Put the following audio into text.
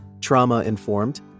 trauma-informed